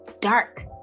dark